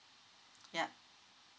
yup